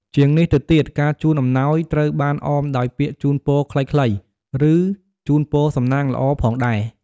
ជាងនេះទៅទៀត ការជូនអំណោយត្រូវបានអមដោយពាក្យជូនពរខ្លីៗ ឬជូនពរសំណាងល្អផងដែរ។